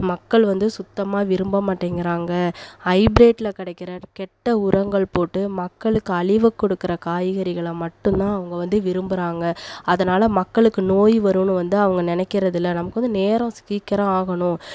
மக்கள் வந்து சுத்தமாக விரும்ப மாட்டேங்கிறாங்க ஹைபிரேட்டில் கிடைக்குற கெட்ட உரங்கள் போட்டு மக்களுக்கு அழிவை கொடுக்குற காய்கறிகளை மட்டும்தான் அவங்க வந்து விரும்பறாங்க அதனாலே மக்களுக்கு நோய் வரும்னு வந்து அவங்க நினைக்குறதுல்ல நமக்கு வந்து நேரம் சீக்கிரோம் ஆகணும்